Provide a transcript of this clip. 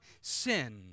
sin